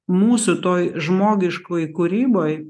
mūsų toj žmogiškoj kūryboj